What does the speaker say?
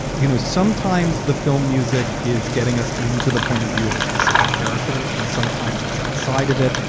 you know, sometimes the film music is getting us into the point of view of a specific character, and sometimes it's outside of it,